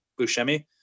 Buscemi